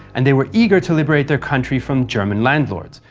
and they were eager to liberate their country from german landlords,